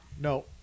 no